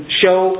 show